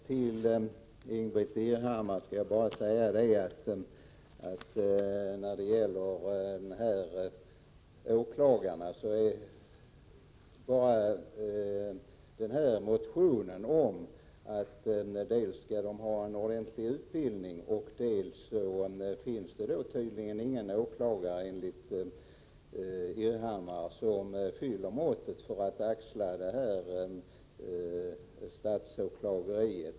Till Ingbritt Irhammar vill jag med anledning av motionen om inrättandet av en särskild statsåklagare säga att en sådan först och främst skall ha en ordentlig utbildning. Dessutom finns det ju enligt Ingbritt Irhammar tydligen ingen åklagare som fyller måttet för att kunna axla detta statsåklageri.